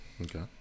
Okay